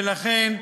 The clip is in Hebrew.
ולכן,